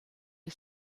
you